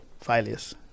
failures